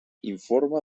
informe